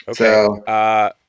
okay